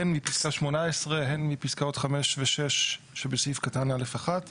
הן מפסקה 18, הן מפסקאות 5 ו-6 שבסעיף קטן א' 1,